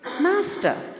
Master